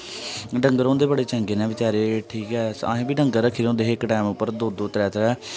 डंगर होंदे बडे़ चंगे न बचारे ठीक ऐ असें बी डंगर रक्खे दे होंदे हे इक टैम पर दो दो त्रैऽ त्रैऽ